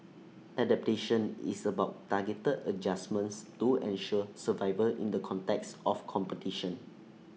adaptation is about targeted adjustments to ensure survival in the context of competition